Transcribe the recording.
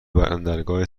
بندرگاه